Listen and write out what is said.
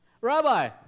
rabbi